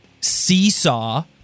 seesaw